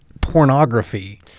pornography